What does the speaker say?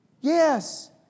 Yes